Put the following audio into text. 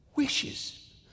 wishes